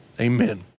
amen